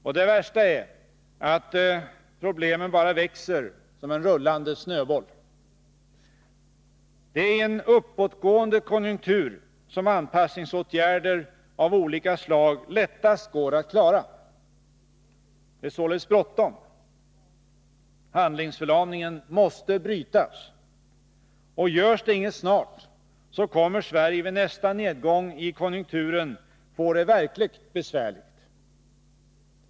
Och det värsta är att problemen bara växer som en rullande snöboll. Det är i en uppåtgående konjunktur som anpassningsåtgärder av olika slag lättast går att klara. Det är således bråttom. Handlingsförlamningen måste brytas. Görs det inget snart kommer Sverige vid nästa nedgång i konjunkturen få det verkligt besvärligt.